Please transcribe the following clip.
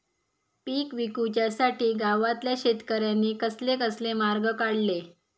पीक विकुच्यासाठी गावातल्या शेतकऱ्यांनी कसले कसले मार्ग काढले?